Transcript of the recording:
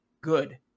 good